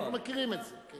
אנחנו מכירים את זה.